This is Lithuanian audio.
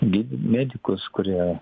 gydi medikus kurie